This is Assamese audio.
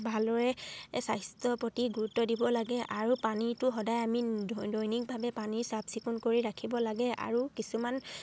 ভালদৰে স্বাস্থ্যৰ প্ৰতি গুৰুত্ব দিব লাগে আৰু পানীটো সদায় আমি দৈনিকভাৱে পানী চাফ চিকুণ কৰি ৰাখিব লাগে আৰু কিছুমান